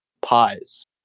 pies